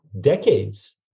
decades